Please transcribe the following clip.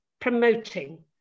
promoting